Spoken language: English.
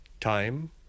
time